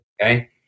okay